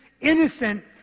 innocent